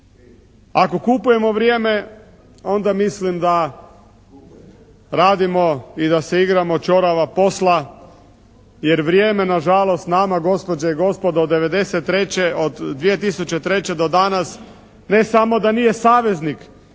Ako kupujemo vrijeme, onda mislim da radimo i da se igramo čorava posla jer vrijeme nažalost nama gospođe i gospodo od '93., od 2003. do danas ne samo da nije saveznik.